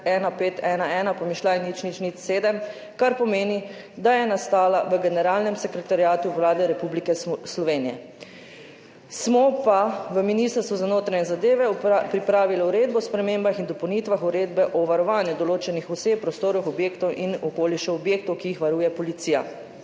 EVA številko 2022-1511-007, kar pomeni, da je nastala v Generalnem sekretariatu Vlade Republike Slovenije. Smo pa v Ministrstvu za notranje zadeve pripravili Uredbo o spremembah in dopolnitvah Uredbe o varovanju določenih oseb, prostorov, objektov in okolišev objektov, ki jih varuje policija.«